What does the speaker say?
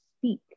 speak